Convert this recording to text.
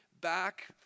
back